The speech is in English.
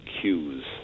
cues